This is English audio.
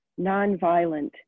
nonviolent